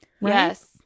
Yes